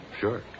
Sure